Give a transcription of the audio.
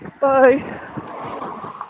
Bye